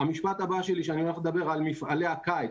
מפעלי הקיץ,